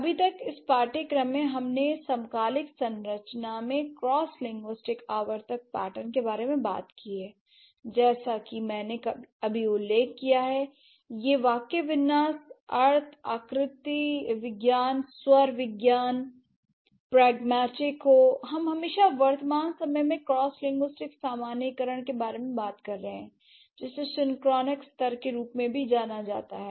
अभी तक इस पाठ्यक्रम में हमने समकालिक संरचना में क्रॉसलिंगुइस्टिक आवर्तक पैटर्न के बारे में बात की है जैसा कि मैंने अभी उल्लेख किया है यह वाक्यविन्यास अर्थ आकृति विज्ञान स्वर विज्ञान प्रगमेटिक हो हम हमेशा वर्तमान समय में क्रॉसलिंगिस्टिक सामान्यीकरण के बारे में बात कर रहे हैं जिसे सिंक्रोनस स्तर के रूप में भी जाना जाता है